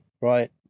right